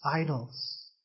idols